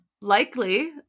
likely